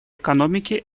экономики